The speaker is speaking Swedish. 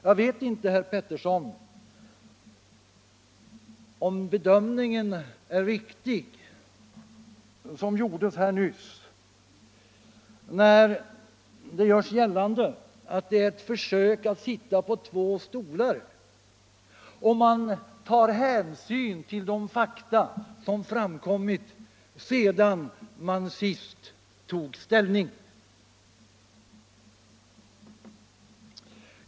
Jag protesterar mot den bedömning som herr Pettersson gjorde nyss, att det skulle vara ett försök att sitta på två stolar, när man tar hänsyn till de fakta som framkommit efter det att man senast tog ställning.